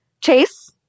Chase